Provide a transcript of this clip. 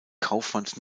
kaufmanns